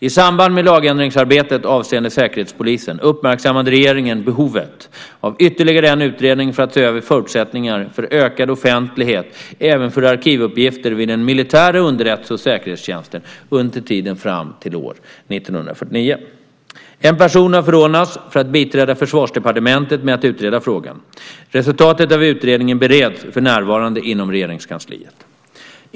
I samband med lagändringsarbetet avseende Säkerhetspolisen uppmärksammade regeringen behovet av ytterligare en utredning för att se över förutsättningarna för ökad offentlighet även för arkivuppgifter vid den militära underrättelse och säkerhetstjänsten under tiden fram till år 1949. En person har förordnats för att biträda Försvarsdepartementet med att utreda frågan. Resultatet av utredningen bereds för närvarande inom Regeringskansliet.